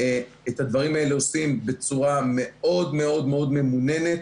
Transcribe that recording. את הדברים האלה עושים בצורה מאוד מאוד מאוד ממוננת,